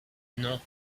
non